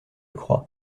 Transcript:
crois